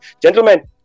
Gentlemen